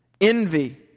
Envy